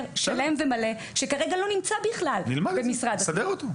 שלם ומלא שכרגע לא נמצא בכלל במשרד החינוך.